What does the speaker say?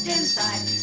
inside